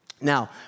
Now